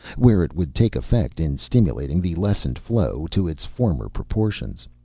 where it would take effect in stimulating the lessened flow to its former proportions.